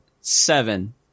seven